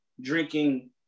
drinking